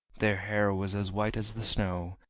their hair was as white as the snow,